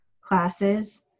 classes